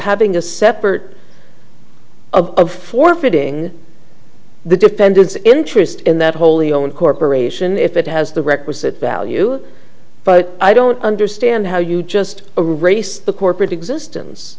having a separate a for fitting the dependence of interest in that wholly owned corporation if it has the requisite value but i don't understand how you just a race the corporate existence